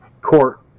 court